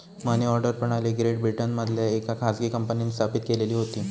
मनी order प्रणाली great ब्रिटनमधल्या येका खाजगी कंपनींन स्थापित केलेली होती